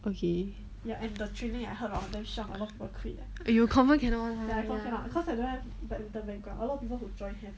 okay !aiyo! confirm cannot one lah